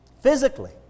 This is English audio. physically